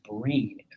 brain